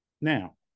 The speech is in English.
Now